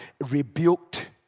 rebuked